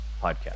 podcast